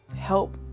help